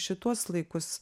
šituos laikus